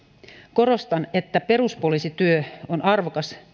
korostan että peruspoliisityö on arvokas